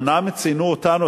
אומנם ציינו אותנו,